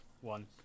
one